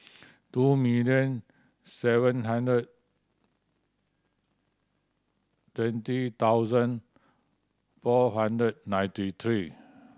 two million seven hundred twenty thousand four hundred ninety three